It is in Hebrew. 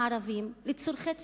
מהערבים, לצורכי ציבור.